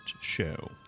Show